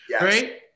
right